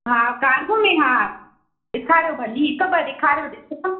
हा कारगो में हा ॾेखारियो भली हिकु ॿ ॾेखारियो ॾिसां